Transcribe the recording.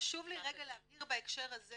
חשוב לי להבהיר בהקשר הזה